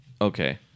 Okay